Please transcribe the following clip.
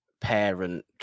parent